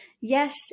yes